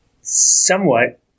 Somewhat